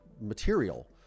material